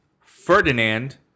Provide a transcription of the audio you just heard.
Ferdinand